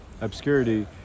obscurity